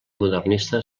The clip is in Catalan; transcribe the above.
modernista